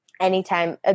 Anytime